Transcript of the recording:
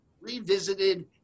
revisited